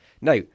Now